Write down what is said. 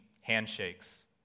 handshakes